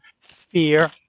sphere